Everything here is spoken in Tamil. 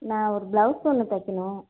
நான் ஒரு ப்ளவுஸ் ஒன்று தைக்கணும்